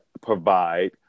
provide